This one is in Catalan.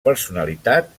personalitat